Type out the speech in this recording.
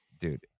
Dude